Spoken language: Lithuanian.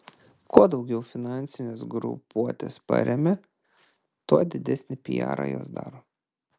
kuo daugiau finansines grupuotes paremia tuo didesnį pijarą jos daro